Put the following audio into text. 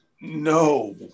No